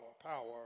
power